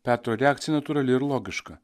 petro reakcija natūrali ir logiška